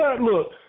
look